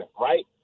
right